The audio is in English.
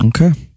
Okay